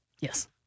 Yes